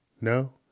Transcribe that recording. No